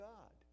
God